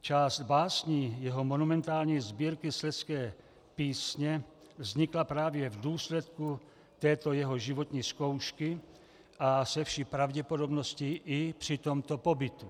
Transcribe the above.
Část básní jeho monumentální sbírky Slezské písně vznikla právě v důsledku této jeho životní zkoušky a se vší pravděpodobností i při tomto pobytu.